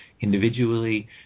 individually